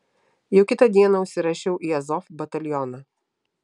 jau kitą dieną užsirašiau į azov batalioną